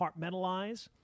compartmentalize